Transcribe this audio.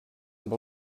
amb